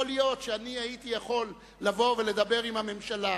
יכול להיות שאני הייתי יכול לבוא ולדבר עם הממשלה.